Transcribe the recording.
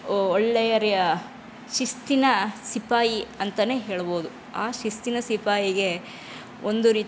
ಒ ಒಳ್ಳೆಯ ಶಿಸ್ತಿನ ಸಿಪಾಯಿ ಅಂತಲೇ ಹೇಳ್ಬೋದು ಆ ಶಿಸ್ತಿನ ಸಿಪಾಯಿಗೆ ಒಂದು ರೀತಿ